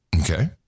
Okay